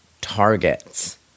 targets